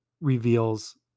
reveals